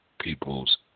People's